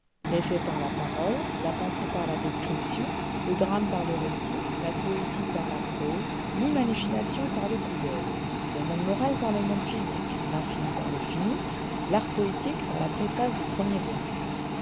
faits par la parole la pensée par la description le drame par le récit la poésie par la prose l'imagination par le coup d'oeil le monde moral par le monde physique l'infini par le fini l'art poétique par la préface du premier venu